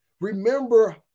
Remember